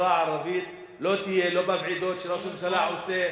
בחברה הערבית לא תהיה בוועידות שראש הממשלה עושה.